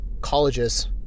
colleges